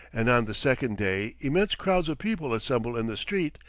and on the second day immense crowds of people assemble in the street,